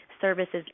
services